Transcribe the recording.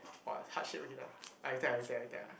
what heart shape again ah ah you take ah you take ah you take ah